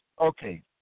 Okay